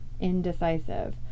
indecisive